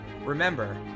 Remember